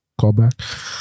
callback